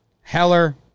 Heller